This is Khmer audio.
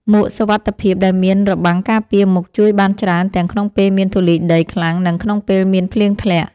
មួកសុវត្ថិភាពដែលមានរបាំងការពារមុខជួយបានច្រើនទាំងក្នុងពេលមានធូលីដីខ្លាំង និងក្នុងពេលមានភ្លៀងធ្លាក់។